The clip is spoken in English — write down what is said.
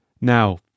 Now